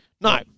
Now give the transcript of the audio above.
no